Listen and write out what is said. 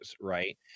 right